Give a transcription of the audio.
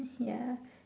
ya